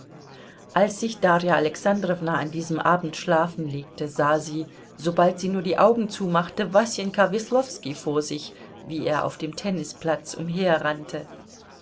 als sich darja alexandrowna an diesem abend schlafen legte sah sie sobald sie nur die augen zumachte wasenka weslowski vor sich wie er auf dem tennisplatz